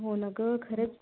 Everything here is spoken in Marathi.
हो ना गं खरंच